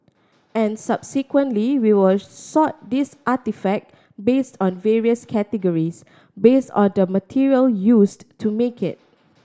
and subsequently we will sort these artefact based on various categories based on the material used to make it